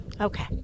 Okay